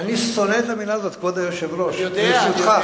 אני שונא את המלה הזו, כבוד היושב-ראש, ברשותך.